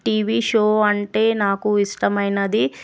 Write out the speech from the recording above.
TV show అంటే నాకు ఇష్టమైనది